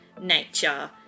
nature